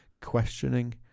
questioning